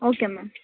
okay ma'am